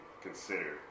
consider